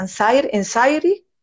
anxiety